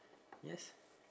yes